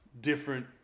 different